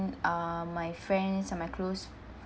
uh my friends and my close